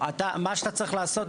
מה שאתה צריך לעשות,